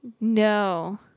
No